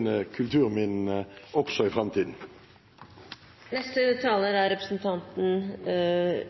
levende kulturminnene også i